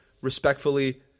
respectfully